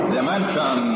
Dimension